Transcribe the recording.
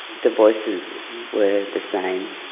the voices were the same,